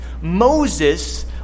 Moses